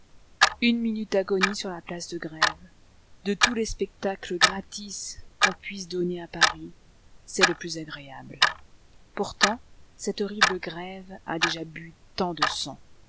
une minute d'agonie sur la place de grève de tous les spectacles gratis qu'on puisse donner à paris c'est le plus agréable pourtant cette horrible grève a déjà bu tant de sang